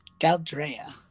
Galdrea